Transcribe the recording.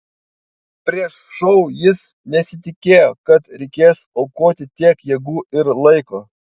prieš šou jis nesitikėjo kad reikės aukoti tiek jėgų ir laiko